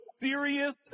serious